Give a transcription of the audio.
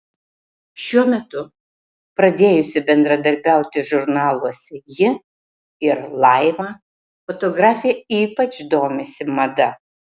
šiuo metu pradėjusi bendradarbiauti žurnaluose ji ir laima fotografė ypač domisi mada